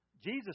Jesus